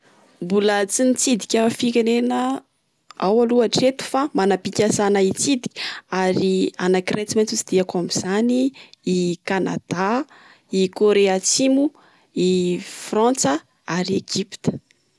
Mbola tsy nitsidika firenena aho aloha hatreto. Fa manam-pikasana hitsidika. Ary anakiray tsy maintsy hotsidihako amin'izany i Canada, i Corée atsimo i frantsa ary Egypte.